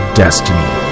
destiny